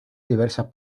diversas